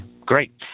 great